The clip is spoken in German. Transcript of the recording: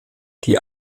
die